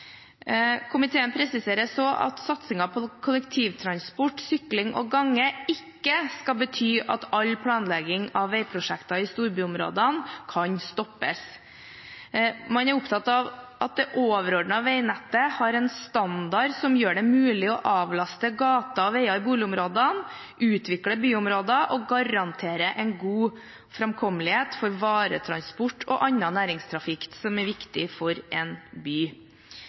Komiteen presiserer så at satsingen på kollektivtransport, sykkel og gange ikke skal bety at all planlegging av veiprosjekter i storbyområdene kan stoppes. Man er opptatt av at det overordnede veinettet har en standard som gjør det mulig å avlaste gater og veier i boligområdene, utvikle byområder og garantere en god framkommelighet for varetransport og annen næringstrafikk som er viktig for en by.